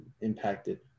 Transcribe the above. impacted